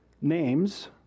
names